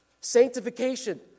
Sanctification